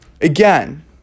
Again